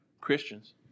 Christians